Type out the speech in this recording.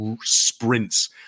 sprints